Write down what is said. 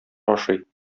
ашый